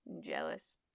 jealous